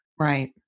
Right